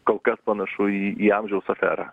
kol kas panašu į į amžiaus aferą